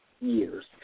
years